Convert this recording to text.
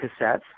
cassettes